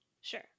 sure